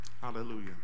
Hallelujah